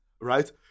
right